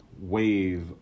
wave